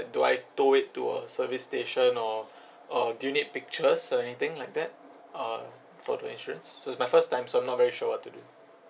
do I tow it to a service station or or do you need pictures or anything like that uh for the insurance so it's my first time so I'm not very sure what to do